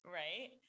right